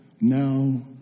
now